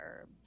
herb